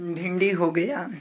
भिंडी हो गया